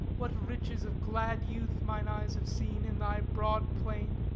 what riches of glad youth mine eyes have seen in thy broad plain!